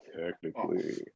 Technically